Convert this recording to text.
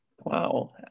Wow